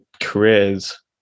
careers